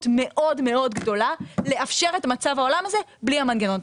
מאוד מאוד גדולה לאפשר את מצב העולם הזה בלי המנגנון.